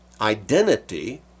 identity